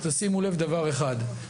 אז תשימו לב לדבר אחד,